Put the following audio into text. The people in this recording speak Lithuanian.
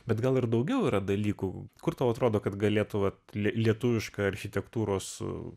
bet gal ir daugiau yra dalykų kur tau atrodo kad galėtų vat lietuviška architektūros